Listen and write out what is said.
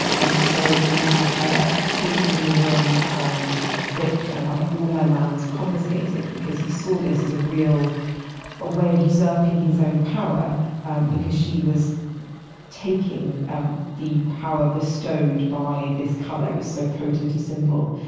and so he had her taken from the room and whipped and had all her lands confiscated because he saw this as a real ah way of usurping his own power because she was taking um the power bestowed by this color. it was so potent a symbol,